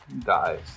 Dies